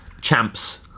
Champs